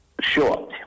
Sure